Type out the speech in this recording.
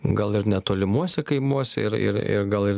gal ir netolimuose kaimuose ir ir ir gal ir